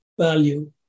value